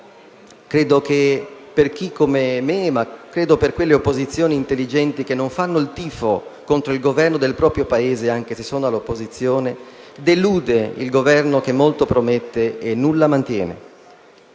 Credo che, per chi, come me, ma anche per le opposizioni intelligenti, che non fanno il tifo contro il Governo del proprio Paese, anche se sono all'opposizione, deluda il Governo che molto promette e nulla mantiene.